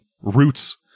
roots